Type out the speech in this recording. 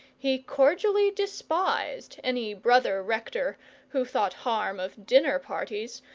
he cordially despised any brother rector who thought harm of dinner-parties,